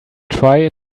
try